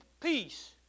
peace